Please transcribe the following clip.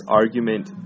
argument